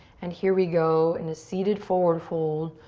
and here we go in a seated forward fold,